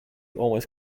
always